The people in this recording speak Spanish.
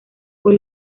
por